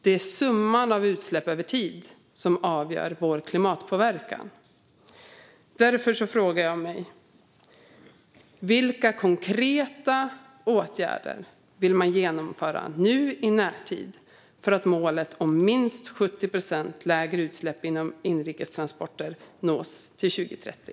Det är summan av utsläpp över tid som avgör vår klimatpåverkan. Därför frågar jag: Vilka konkreta åtgärder vill man genomföra i närtid för att målet om minst 70 procent lägre utsläpp från inrikestransporter ska nås till 2030?